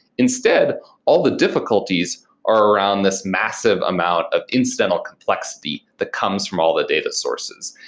instead all the difficulties are around this massive amount of incidental complexity that comes from all the data sources.